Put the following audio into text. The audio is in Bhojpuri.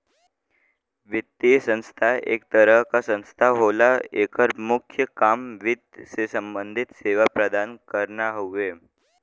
वित्तीय संस्था एक तरह क संस्था होला एकर मुख्य काम वित्त से सम्बंधित सेवा प्रदान करना हउवे